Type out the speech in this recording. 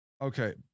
Okay